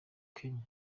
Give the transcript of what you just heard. kenya